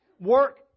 work